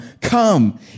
come